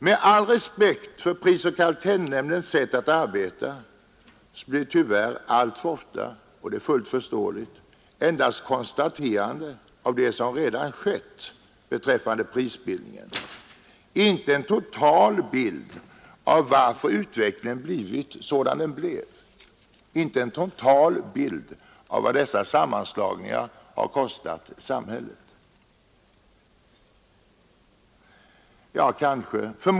Med all respekt för prisoch kartellnämndens sätt att arbeta vill jag säga att det tyvärr alltför ofta — och det är fullt förståeligt — endast blir ett konstaterande av det som redan skett inom prisbildningen. Man ger inte någon total bild av varför utvecklingen blivit sådan den blivit och vad sammanslagningarna har kostat samhället.